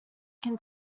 can